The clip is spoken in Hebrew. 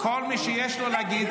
כל מי שיש לו להגיד,